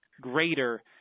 greater